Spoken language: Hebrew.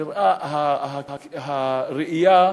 הראייה,